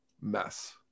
mess